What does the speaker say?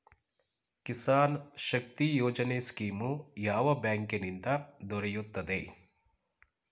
Kisan Shakti Yojana scheme ಯಾವ ಬ್ಯಾಂಕಿನಿಂದ ದೊರೆಯುತ್ತದೆ?